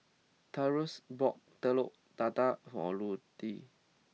Taurus bought Telur Dadah for Ruthie